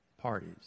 parties